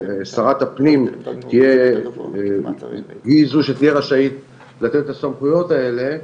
ששרת הפנים שהיא זו שתהיה רשאית לתת את הסמכויות האלה.